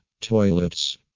Toilets